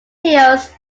hills